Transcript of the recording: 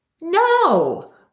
no